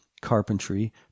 carpentry